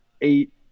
eight